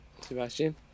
Sebastian